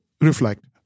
reflect